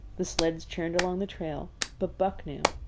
the sleds churned along the trail but buck knew,